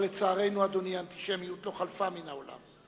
אבל לצערנו, אדוני, האנטישמיות לא חלפה מן העולם.